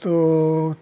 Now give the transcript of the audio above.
तो